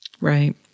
Right